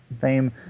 fame